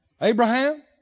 Abraham